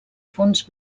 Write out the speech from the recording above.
fons